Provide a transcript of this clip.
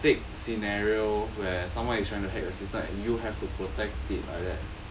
fake scenario where someone is trying to hack your system and you have to protect it like that